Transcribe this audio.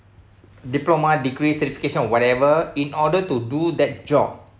diploma degree certification or whatever in order to do that job